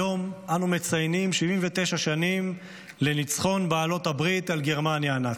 היום אנו מציינים 79 שנים לניצחון בעלות הברית על גרמניה הנאצית.